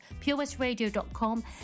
purewestradio.com